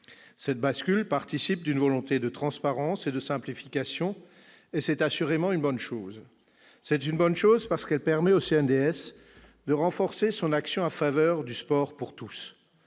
Cette bascule participe d'une volonté de transparence et de simplification, et c'est assurément une bonne chose, parce qu'elle permet au CNDS de renforcer son action en faveur du sport pour tous.